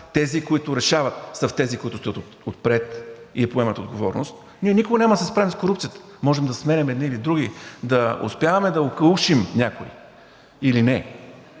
тези, които решават, са тези, които стоят отпред и поемат отговорност, ние никога няма да се справим с корупцията. Можем да се сменяме едни или други, да успяваме да окаушим някой или не,